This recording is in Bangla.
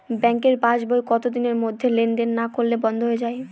ব্যাঙ্কের পাস বই কত দিনের মধ্যে লেন দেন না করলে বন্ধ হয়ে য়ায়?